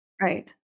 Right